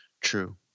True